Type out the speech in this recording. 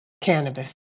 cannabis